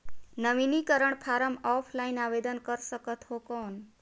नवीनीकरण form offline आवेदन कर सकत हो कौन?